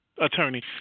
attorney